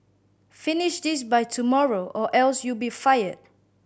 finish this by tomorrow or else you'll be fired